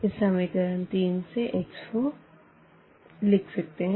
इस इक्वेशन 3 से x 4 लिख सकते है